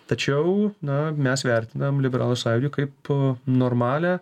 tačiau na mes vertinam liberalų sąjūdį kaip normalią